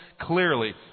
clearly